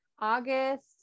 August